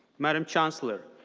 madame chancellor,